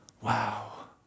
wow